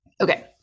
Okay